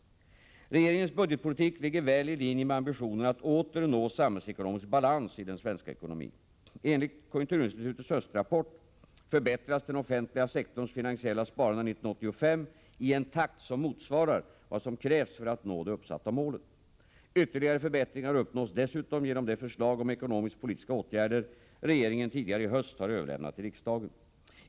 Regeringens budgetpolitik ligger väl i linje med ambitionen att åter nå samhällsekonomisk balans i den svenska ekonomin. Enligt konjunkturinstitutets höstrapport förbättras den offentliga sektorns finansiella sparande 1985 i en takt som motsvarar vad som krävs för att nå det uppsatta målet. Ytterligare förbättringar uppnås dessutom genom det förslag om ekonomiskpolitiska åtgärder regeringen tidigare i höst har överlämnat till riksdagen.